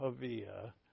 Pavia